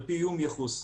על פי איום ייחוס.